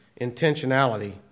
intentionality